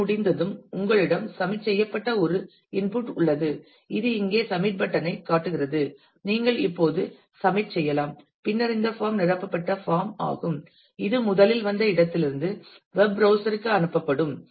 இது முடிந்ததும் உங்களிடம் சப்மிட் செய்யப்பட்ட ஒரு இன்புட் உள்ளது இது இங்கே சப்மிட் பட்டன் ஐ காட்டுகிறது நீங்கள் இப்போது சப்மிட் செய்யலாம் பின்னர் இந்த பாம் நிரப்பப்பட்ட பாம் ஆகும் இது முதலில் வந்த இடத்திலிருந்து வெப் ப்ரௌஸ்சர் க்கு அனுப்பப்படும்